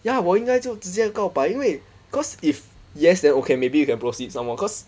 ya 我应该就只见告白因为 cause if yes then okay maybe you can proceed somewhat cause